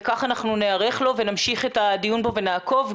וכך אנחנו ניערך לו ונמשיך את הדיון בו ונעקוב.